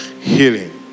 healing